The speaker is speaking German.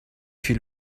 viel